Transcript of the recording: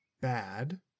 bad